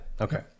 Okay